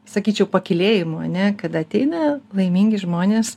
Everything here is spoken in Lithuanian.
sakyčiau pakylėjimu ane kada ateina laimingi žmonės